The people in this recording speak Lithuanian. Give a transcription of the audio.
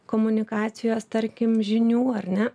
komunikacijos tarkim žinių ar ne